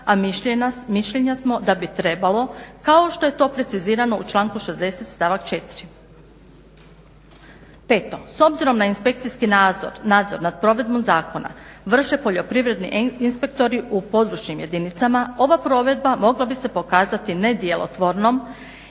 a mišljenja smo da bi trebalo kao što je to precizirano u članku 60.stavak 4. 5. S obzirom na inspekcijski nadzor nad provedbom zakona vrše poljoprivredni inspektori u područnim jedinicama ova provedba mogla bi se pokazati nedjelotvornom